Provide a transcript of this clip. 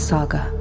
Saga